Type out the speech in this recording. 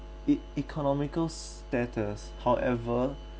e~ economical status however